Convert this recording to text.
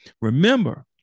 Remember